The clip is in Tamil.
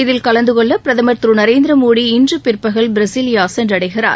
இதில் கலந்துகொள்ள பிரதம் திரு நரேந்திர மோடி இன்று பிற்பகல் பிரெஸ்சிலியா சென்றடைகிறார்